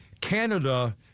Canada